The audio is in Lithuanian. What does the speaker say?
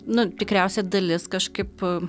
nu tikriausia dalis kažkaip